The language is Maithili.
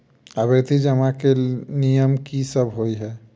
आवर्ती जमा केँ नियम की सब होइ है?